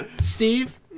Steve